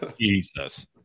Jesus